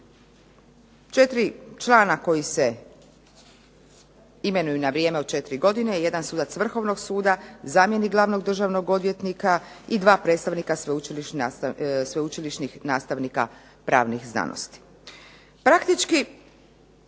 Četiri člana koji se imenuju na vrijeme od 4 godine, jedan sudac Vrhovnog suda, zamjenik glavnog državnog odvjetnika i dva predstavnika sveučilišnih nastavnika pravnih znanosti.